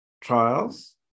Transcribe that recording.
trials